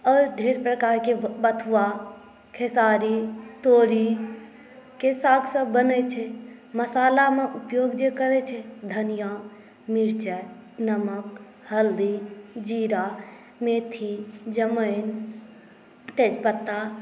आओर ढेर प्रकारके बथुआ खेसारी तोरीके सागसभ बनैत छै मसालामे उपयोग जे करैत छै धनिआँ मिरचाइ नमक हल्दी जीरा मेथी जमैन तेजपत्ता